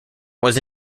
was